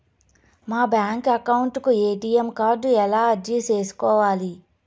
మా bank account కు ATM card ఎలా అర్జీ సేసుకోవాలి?